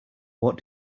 what